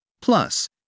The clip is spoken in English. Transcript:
Plus